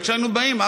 כשהיינו באים,